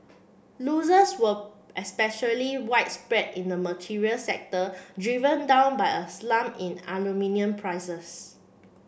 losers were especially widespread in the materials sector driven down by a slump in aluminium prices